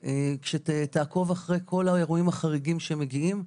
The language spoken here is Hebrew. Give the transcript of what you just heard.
שתעקוב אחרי כל האירועים החריגים שמגיעים.